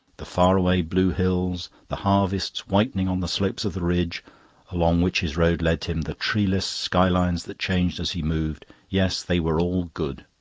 the far-away blue hills, the harvests whitening on the slopes of the ridge along which his road led him, the treeless sky-lines that changed as he moved yes, they were all good.